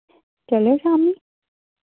चलो शाम्मी